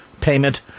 payment